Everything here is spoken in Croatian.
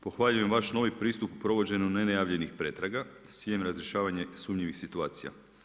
Pohvaljujem vaš novi pristup provođenju nenajavljenih pretraga s ciljem razrješavanja sumnjivih situacija.